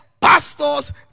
pastors